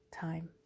time